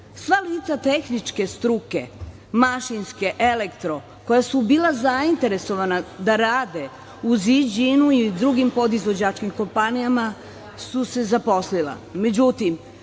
Sva lica tehničke struke, mašinske, elektro, koja su bila zainteresovana da rade u „Ziđinu“ i u drugim podizvođačkim kompanijama su se zaposlila,